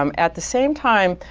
um at the same time,